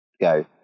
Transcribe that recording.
go